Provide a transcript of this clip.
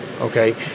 Okay